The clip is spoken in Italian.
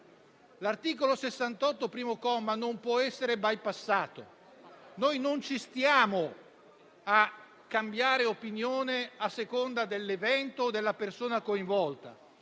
L'articolo 68, primo comma, non può essere bypassato. Noi non ci stiamo a cambiare opinione a seconda dell'evento o della persona coinvolta.